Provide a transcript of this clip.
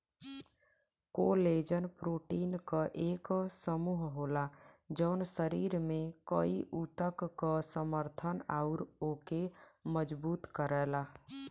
collagen protein क एक समूह होला जौन शरीर में कई ऊतक क समर्थन आउर ओके मजबूत करला